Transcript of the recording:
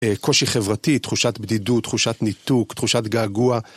קושי חברתי, תחושת בדידות, תחושת ניתוק, תחושת געגוע.